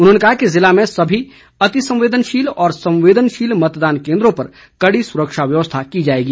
उन्होंने कहा कि जिले में सभी अति संवेदनशील और संवेदनशील मतदान केन्द्रों पर कड़ी सुरक्षा व्यवस्था की जाएगी